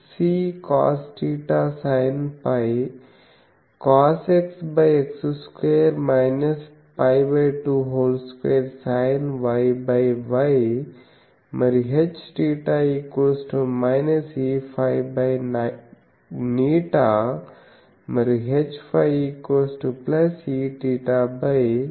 అలాగే Eφ π2Ccosθsinφ cosXX2 π22sinYY మరియు Hθ Eφղ మరియు Hφ Eθղ